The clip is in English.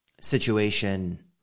situation